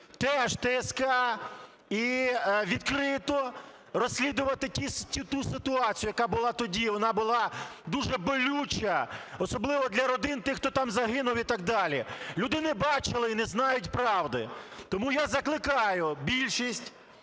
теж ТСК і відкрито розслідувати ту ситуацію, яка була тоді. Вона була дуже болюча, особливо для родин тих, хто там загинув і так далі, люди не бачили і не знають правди. Тому я закликаю більшість